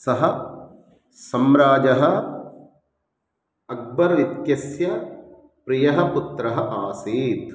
सः सम्राजः अक्बर् इत्यस्य प्रियः पुत्रः आसीत्